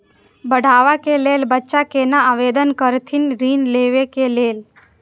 पढ़वा कै लैल बच्चा कैना आवेदन करथिन ऋण लेवा के लेल?